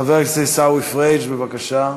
חבר הכנסת עיסאווי פריג', בבקשה.